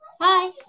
Hi